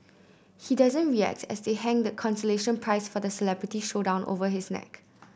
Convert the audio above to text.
he doesn't react as they hang the consolation prize for the celebrity showdown over his neck